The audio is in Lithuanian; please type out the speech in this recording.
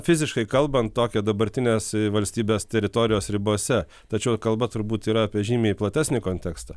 fiziškai kalbant tokią dabartinės valstybės teritorijos ribose tačiau kalba turbūt yra apie žymiai platesnį kontekstą